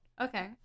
okay